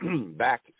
back